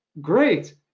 great